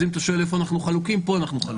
אז אם אתה שואל איפה אנחנו חלוקים פה אנחנו חלוקים.